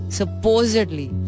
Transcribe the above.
supposedly